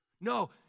No